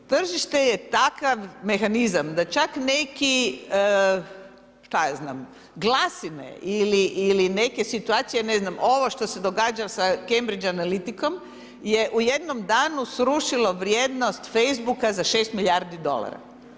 Tržište je takav mehanizam da čak neki šta ja znam, glasine ili neke situacije, ne znam, ovo što se događa sa Cambridge Analityticom je u jednom danu srušilo vrijednost Facebooka za 6 milijardi dolara.